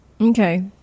Okay